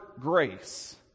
grace